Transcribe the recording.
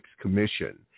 commission